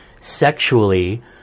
sexually